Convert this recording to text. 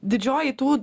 didžioji tų